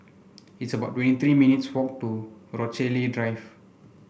it's about twenty three minutes' walk to Rochalie Drive